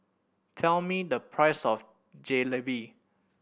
tell me the price of Jalebi